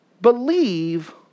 Believe